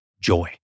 joy